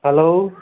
hello